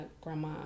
grandma